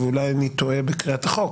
ואולי אני טועה בקריאת החוק,